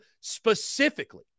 specifically